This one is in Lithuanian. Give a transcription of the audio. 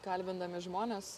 kalbindami žmones